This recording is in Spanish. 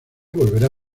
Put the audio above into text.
volverá